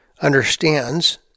understands